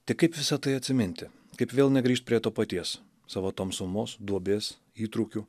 tik kaip visa tai atsiminti kaip vėl negrįžt prie to paties savo tamsumos duobės įtrūkių